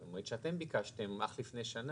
זה מועד שאתם ביקשתם רק לפני שנה.